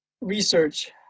Research